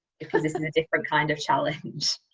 because this is a different kind of challenge?